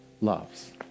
loves